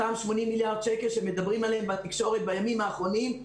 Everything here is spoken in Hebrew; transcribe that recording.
אותם 80 מיליארד שקל שמדברים עליהם בתקשורת בימים האחרונים.